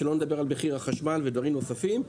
שלא לדבר על מחיר החשמל ודברים נוספים,